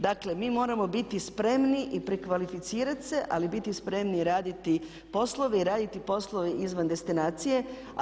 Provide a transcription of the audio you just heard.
Dakle, mi moramo biti spremni i prekvalificirati se ali biti spremni raditi poslove i raditi poslove izvan destinacije.